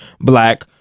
Black